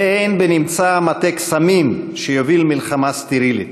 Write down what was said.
ואין בנמצא מטה קסמים שיוביל מלחמה סטרילית.